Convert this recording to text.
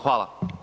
Hvala